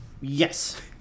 Yes